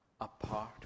apart